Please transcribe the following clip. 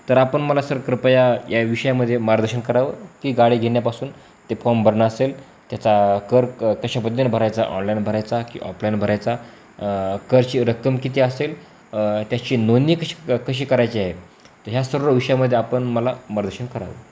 तर आपण मला सर कृपया या विषयामध्ये मार्गदशन करावं की गाडी घेण्यापासून ते फॉर्म भरणं असेल त्याचा कर क कशा भरायचा ऑनलाईन भरायचा की ऑफलाईन भरायचा करची रक्कम किती असेल त्याची नोंदणी कशी क कशी करायची आहे तर ह्या सर्व विषयामध्ये आपण मला मार्गदशन करावं